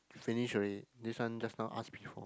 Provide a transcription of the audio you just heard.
finish already this one just now ask before